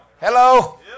Hello